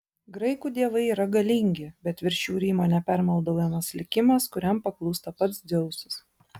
graikų dievai yra galingi bet virš jų rymo nepermaldaujamas likimas kuriam paklūsta pats dzeusas